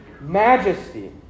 majesty